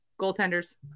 Goaltenders